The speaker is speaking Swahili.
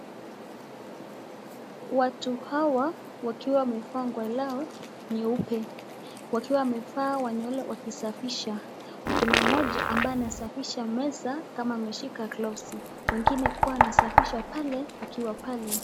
Watu hawa wakiwa wamevaa nguo lao nyeupe wakiwa wevaa wanyole wakisafisha kuna moja ambaye anasafisha meza kama ameshika glovu wengine kuwa wanasafisha pale akiwa pale.